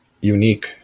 unique